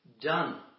done